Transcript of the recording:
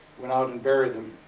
went out and buried them,